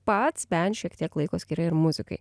pats bent šiek tiek laiko skiria ir muzikai